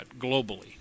globally